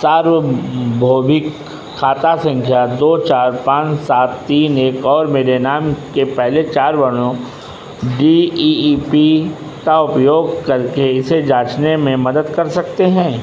सार्वभौमिक खाता संख्या दो चार पाँच सात तीन एक और मेरे नाम के पहले चार वर्णों डी ई ई पी का उपयोग करके इसे जाँचने में मदद कर सकते हैं